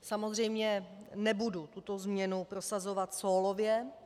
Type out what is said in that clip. Samozřejmě nebudu tuto změnu prosazovat sólově.